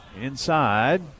inside